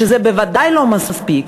שזה בוודאי לא מספיק.